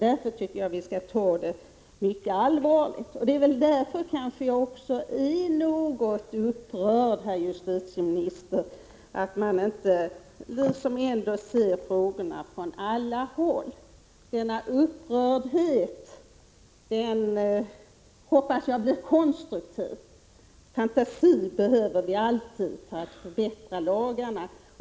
Därför tycker jag att vi skall ta det mycket allvarligt. Det är därför som jag är upprörd, herr justitieminister. Men jag hoppas att denna min upprördhet skall leda till något konstruktivt så att man granskar frågorna från alla håll och tillägnar sig den fantasi som behövs för att förbättra lagarna.